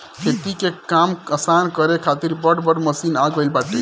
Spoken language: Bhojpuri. खेती के काम आसान करे खातिर बड़ बड़ मशीन आ गईल बाटे